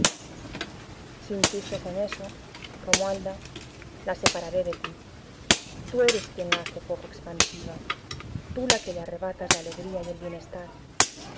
si insistes en eso romualda la separaré de ti tú eres quien la hace poco expansiva tú la que le arrebatas la alegría y el bienestar